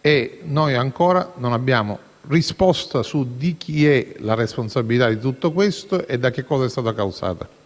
e noi ancora non sappiamo di chi sia la responsabilità di tutto questo e da che cosa sia stato causato.